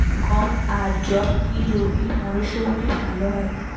গম আর যব কি রবি মরশুমে ভালো হয়?